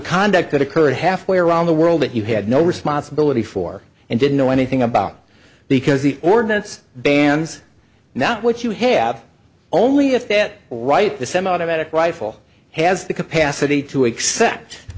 conduct that occurred halfway around the world that you had no responsibility for and didn't know anything about because the ordinance bans not what you have only if it right the semiautomatic rifle has the capacity to